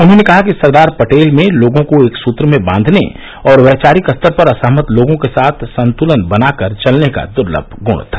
उन्होंने कहा कि सरदार पटेल में लोगों को एक सूत्र में बांधने और वैचारिक स्तर पर असहमत लोगों के साथ संतुलन बनाकर चलने का दुर्लभ गुण था